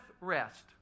rest